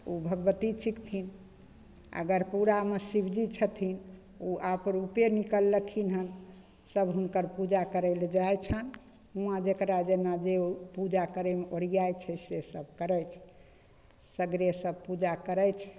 ओ भगवती छिकथिन आओर गढ़पुरामे शिवजी छथिन ओ आपरूपे निकलखिन हँ सभ हुनकर पूजा करै ले जाइ छनि हुआँ जकरा जेना जे पूजा करैमे ओरिआइ छै से सभ करै छै सगरे सभ पूजा करै छै